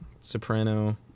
soprano